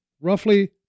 roughly